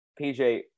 PJ